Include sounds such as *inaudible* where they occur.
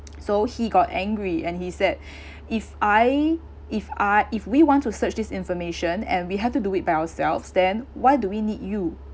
*noise* so he got angry and he said *breath* if I if uh if we want to search this information and we have to do it by ourselves then why do we need you